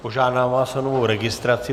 Požádám vás o novou registraci.